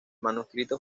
manuscrito